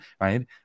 right